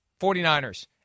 49ers